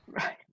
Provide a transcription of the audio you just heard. Right